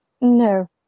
No